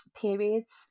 periods